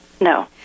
No